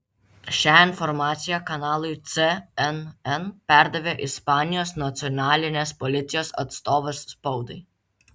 šią informaciją kanalui cnn perdavė ispanijos nacionalinės policijos atstovas spaudai